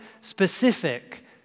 specific